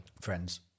Friends